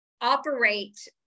operate